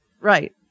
right